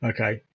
Okay